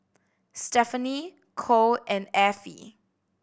stefanie Cole and Affie